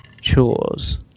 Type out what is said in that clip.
Chores